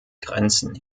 grenzen